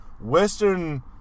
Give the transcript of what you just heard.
Western